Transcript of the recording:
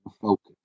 focus